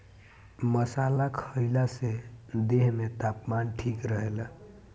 मसाला खईला से देह में तापमान ठीक रहेला